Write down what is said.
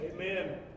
Amen